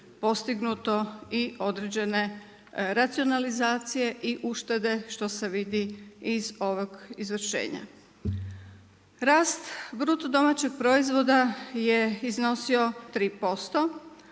postignuto i određene racionalizacije i uštede što se vidi iz ovog izvršenja. Rast bruto domaćeg proizvoda je iznosio 3%,